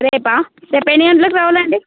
రేపా రేపు ఎన్ని గంటలకి రావాలండి